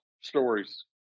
stories